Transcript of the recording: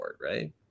right